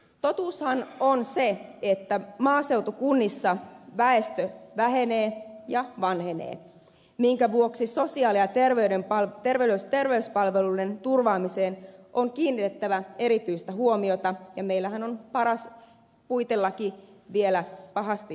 totuushan on se että maaseutukunnissa väestö vähenee ja vanhenee minkä vuoksi sosiaali ja terveyspalveluiden turvaamiseen on kiinnitettävä erityistä huomiota ja meillähän on paras puitelaki vielä pahasti kesken